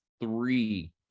three